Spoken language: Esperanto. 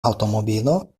aŭtomobilo